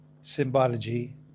Symbology